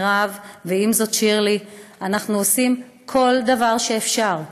ואם זאת שירלי, עושים כל דבר שאפשר.